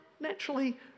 Naturally